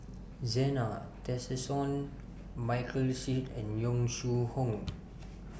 Zena Tessensohn Michael Seet and Yong Shu Hoong